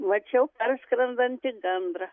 mačiau parskrendantį gandrą